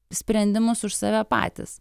sprendimus už save patys